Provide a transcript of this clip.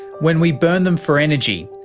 when we burnt them for energy,